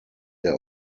der